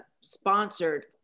sponsored